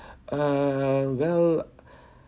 err well